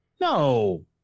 No